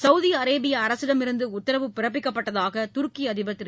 Saudi அரேபிய அரசிடமிருந்து உத்தரவு பிறப்பிக்கப்பட்டதாக துருக்கி அதிபர் திரு